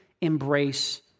embrace